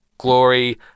Glory